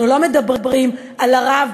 אנחנו לא מדברים על הרב,